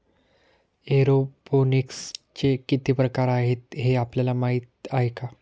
एरोपोनिक्सचे किती प्रकार आहेत, हे आपल्याला माहित आहे का?